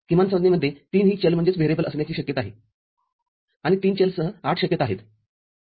किमानसंज्ञेमध्ये तीनही चल असण्याची शक्यता आहे आणि तीन चलसह ८ शक्यता आहेत